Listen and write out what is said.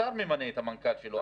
השר ממנה את המנכ"ל שלו,